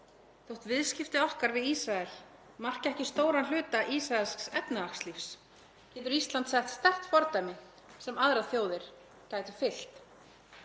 Þótt viðskipti okkar við Ísrael marki ekki stóran hluta ísraelsks efnahagslífs getur Ísland sett sterkt fordæmi sem aðrar þjóðir gætu fylgt.